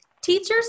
Teachers